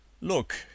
Look